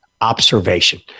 Observation